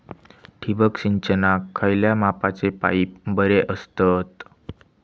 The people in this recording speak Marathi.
ठिबक सिंचनाक खयल्या मापाचे पाईप बरे असतत?